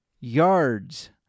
yards